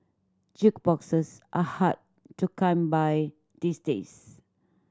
jukeboxes are hard to come by these days